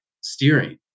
steering